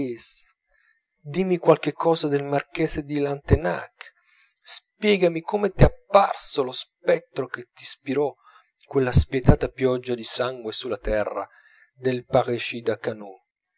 dimmi qualche cosa del marchese di lantenac spiegami come t'è apparso lo spettro che t'ispirò quella spietata pioggia di sangue sulla testa del parricida kanut